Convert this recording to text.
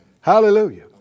Hallelujah